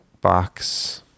Box